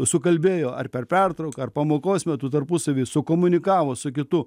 sukalbėjo ar per pertrauką ar pamokos metu tarpusavy sukomunikavo su kitu